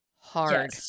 hard